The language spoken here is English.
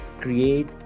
create